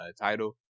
title